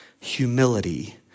humility